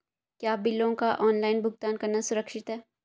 क्या बिलों का ऑनलाइन भुगतान करना सुरक्षित है?